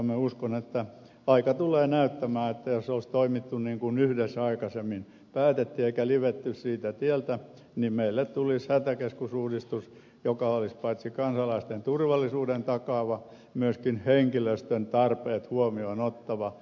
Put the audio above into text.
minä uskon että aika tulee näyttämään että jos olisi toimittu niin kuin yhdessä aikaisemmin päätettiin eikä olisi livetty siltä tieltä niin meille tulisi hätäkeskusuudistus joka olisi paitsi kansalaisten turvallisuuden takaava myöskin henkilöstön tarpeet huomioon ottava